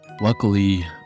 luckily